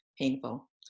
painful